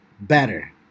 better